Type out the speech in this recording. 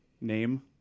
name